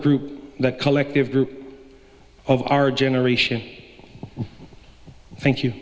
group the collective group of our generation thank you